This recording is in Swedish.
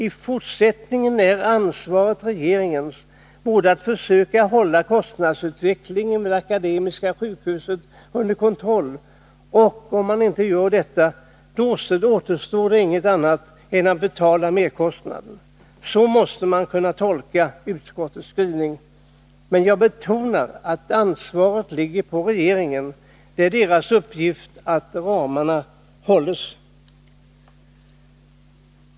I fortsättningen har regeringen ansvaret för att försöka hålla kostnadsutvecklingen vid Akademiska sjukhuset under kontroll. Och om den inte gör det återstår inget annat än att betala merkostnaderna. Så måste man tolka utskottets skrivning. Men jag betonar att ansvaret helt ligger på regeringen. Det är dess uppgift att se till att ramarna hålls.